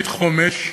אדוני,